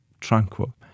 tranquil